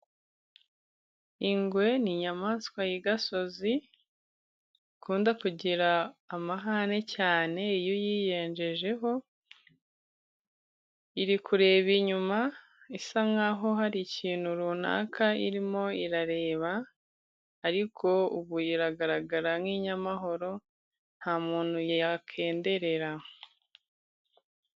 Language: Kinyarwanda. Ingwe n'inyamaswa y' igasozi ikunda kugira amahane cyane iyo uyiyenjejeho. iri kureba inyuma isa nk'aho hari ikintu runaka irimo irareba ariko ubu iragaragara nk'inyamahoro nta muntu yakendereza